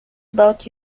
about